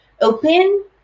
open